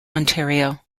ontario